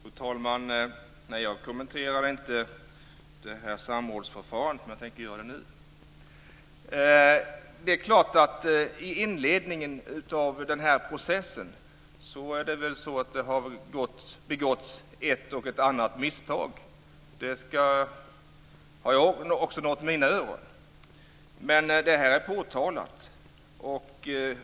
Fru talman! Jag kommenterade inte samrådsförfarandet, men jag tänker göra det nu. I inledningen av den här processen har det nog begåtts ett och annat misstag. Det har också nått mina öron. Men det är påtalat.